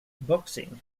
boxing